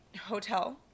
hotel